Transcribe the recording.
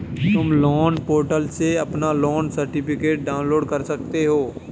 तुम loan portal से अपना लोन सर्टिफिकेट डाउनलोड कर सकते हो